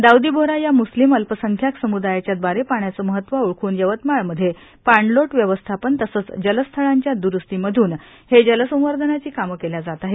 दाऊदी बोहरा या मुस्लीम अल्पसंख्यांक समुदायाच्या द्वारे पाण्याचे महत्व ओळखून यवतमाळमध्ये पाणलोट व्यवस्थापन तसेच जलस्थळांच्या द्रुस्ती मधून हे जलसंवर्धनाची कामे केल्या जात आहेत